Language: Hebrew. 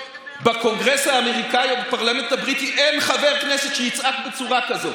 בקונגרס האמריקני ובפרלמנט הבריטי אין חבר כנסת שיצעק בצורה כזאת.